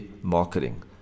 marketing